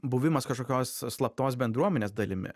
buvimas kažkokios slaptos bendruomenės dalimi